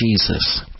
Jesus